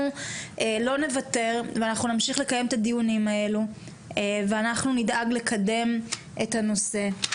אנחנו לא נוותר ונמשיך לקיים את הדיונים האלה ונדאג לקדם את הנושא.